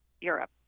Europe